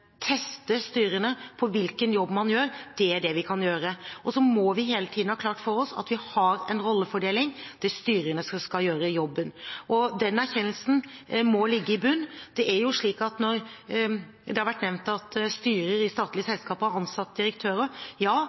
teste styrene på hvilken jobb man gjør – det er det vi kan gjøre. Vi må også hele tiden ha klart for oss at vi har en rollefordeling, og den skal ligge i bunnen – det er styrene som skal gjøre jobben. Det har vært nevnt at styrer i statlige selskaper har ansatt direktører. Ja,